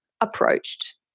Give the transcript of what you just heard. approached